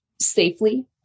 safely